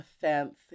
fancy